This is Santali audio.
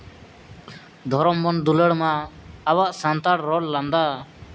ᱫᱷᱚᱨᱚᱢ ᱵᱚᱱ ᱫᱩᱞᱟᱹᱲᱢᱟ ᱟᱵᱚᱣᱟᱜ ᱥᱟᱱᱛᱟᱲ ᱨᱚᱲ ᱞᱟᱸᱫᱟ